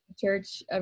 church